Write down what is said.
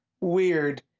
weird